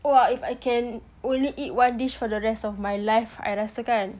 !wah! if I can only eat one dish for the rest of my life I rasa kan